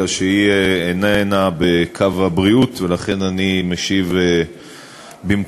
אלא שהיא איננה בקו הבריאות ולכן אני משיב במקומה.